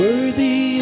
Worthy